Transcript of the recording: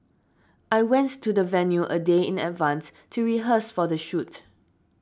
I went to the venue a day in advance to rehearse for the shoot